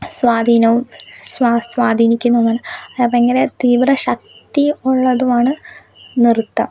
സ്വാധീനവും സ്വ സ്വാധീനിക്കുന്നതുമാണ് അത് ഭയങ്കര തീവ്രശക്തിയും ഉള്ളതുമാണ് നൃത്തം